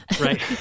Right